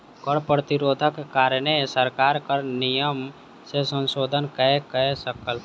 कर प्रतिरोधक कारणेँ सरकार कर नियम में संशोधन नै कय सकल